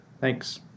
Thanks